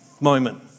moment